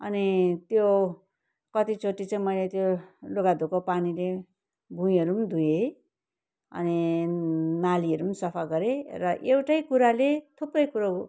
अनि त्यो कतिचोटि चाहिँ मैले त्यो लुगा धोएको पानीले भुइँहरू पनि धोएँ अनि नालीहरू पनि सफा गरेँ र एउटै कुराले थुप्रो कुरो